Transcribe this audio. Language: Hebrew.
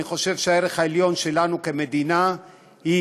אני חושב שהערך העליון שלנו כמדינה הוא